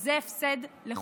וזה הפסד לכולם.